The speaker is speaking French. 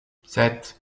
sept